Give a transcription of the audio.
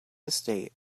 estate